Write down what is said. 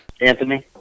Anthony